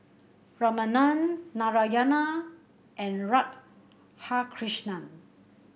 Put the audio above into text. Ramanand Narayana and Radhakrishnan